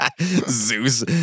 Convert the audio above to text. Zeus